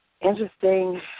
interesting